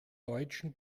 deutschen